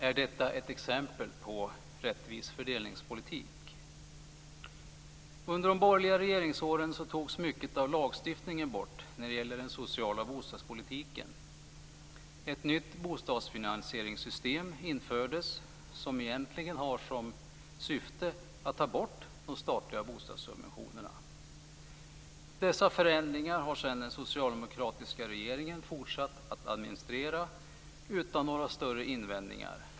Är detta ett exempel på rättvis fördelningspolitik? Under de borgerliga regeringsåren togs mycket av lagstiftningen bort när det gäller den sociala bostadspolitiken. Ett nytt bostadsfinansieringssystem infördes som egentligen har som syfte att ta bort de statliga bostadssubventionerna. Dessa förändringar har sedan den socialdemokratiska regeringen fortsatt att administrera utan några större invändningar.